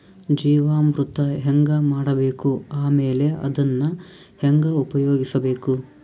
ಜೀವಾಮೃತ ಹೆಂಗ ಮಾಡಬೇಕು ಆಮೇಲೆ ಅದನ್ನ ಹೆಂಗ ಉಪಯೋಗಿಸಬೇಕು?